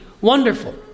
wonderful